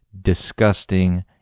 disgusting